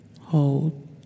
Hold